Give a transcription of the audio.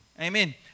Amen